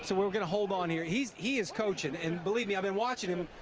so we'll get a hold on here, he is he is coaching, and believe me, i've been watching him,